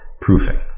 proofing